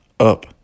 up